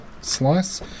slice